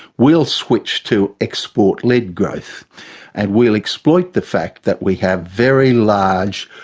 we'll switch to export-led growth and we'll exploit the fact that we have very large,